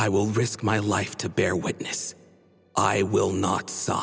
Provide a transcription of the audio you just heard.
i will risk my life to bear witness i will